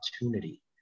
opportunity